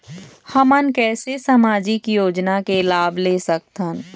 हमन कैसे सामाजिक योजना के लाभ ले सकथन?